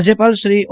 રાજ્યપાલ શ્રી ઓ